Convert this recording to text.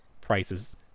prices